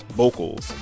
vocals